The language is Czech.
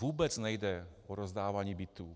Vůbec nejde o rozdávání bytů.